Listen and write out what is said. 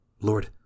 Lord